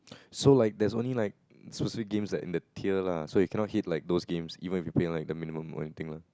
so like there's only like specific games like in the tier lah so you cannot hit like those games even if you pay like the minimum or anything lah